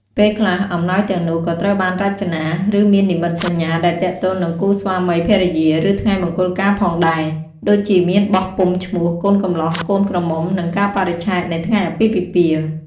ពេលខ្លះ អំណោយទាំងនោះក៏ត្រូវបានរចនា ឬមាននិមិត្តសញ្ញាដែលទាក់ទងនឹងគូស្វាមីភរិយា ឬថ្ងៃមង្គលការផងដែរ ដូចជាមានបោះពុម្ពឈ្មោះកូនកំលោះ កូនក្រមុំ និងកាលបរិច្ឆេទនៃថ្ងៃអាពាហ៍ពិពាហ៍។